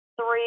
three